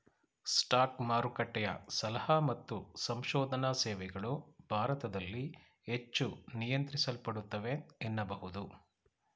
stock ಮಾರುಕಟ್ಟೆಯ ಸಲಹಾ ಮತ್ತು ಸಂಶೋಧನಾ ಸೇವೆಗಳು ಭಾರತದಲ್ಲಿ ಹೆಚ್ಚು ನಿಯಂತ್ರಿಸಲ್ಪಡುತ್ತವೆ ಎನ್ನಬಹುದು